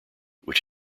which